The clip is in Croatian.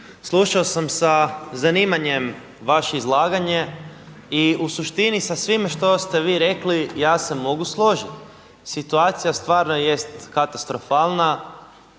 slušao sam sa zanimanjem vaše izlaganje i u suštini sa svime što ste vi rekli ja se mogu složiti. Situacija stvarno jest katastrofalna.